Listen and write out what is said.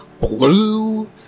blue